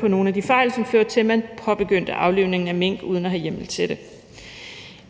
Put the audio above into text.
på nogle af de fejl, som førte til, at man påbegyndte aflivningen af mink uden at have hjemmel til det.